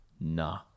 nah